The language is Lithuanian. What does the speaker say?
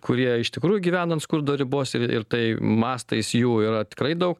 kurie iš tikrųjų gyvena ant skurdo ribos ir tai mastais jų yra tikrai daug